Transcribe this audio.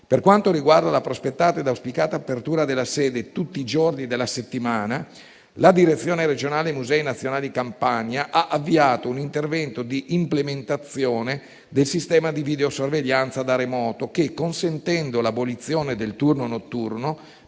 Per quanto riguarda la prospettata e auspicata apertura della sede tutti i giorni della settimana, la Direzione regionale Musei nazionali Campania ha avviato un intervento di implementazione del sistema di videosorveglianza da remoto che, consentendo l'abolizione del turno notturno,